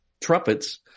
trumpets